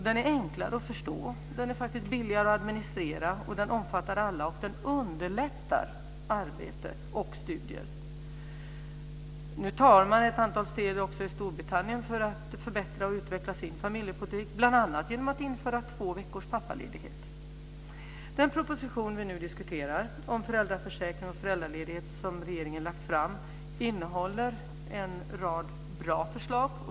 Den är enklare att förstå och billigare att administrera, den omfattar alla och underlättar arbete och studier. Nu talar man om ett antal steg också i Storbritannien för att förbättra och utveckla sin familjepolitik bl.a. genom att införa två veckors pappaledighet. Den proposition som vi nu diskuterar om föräldraförsäkring och föräldraledighet som regeringen har lagt fram innehåller en rad bra förslag.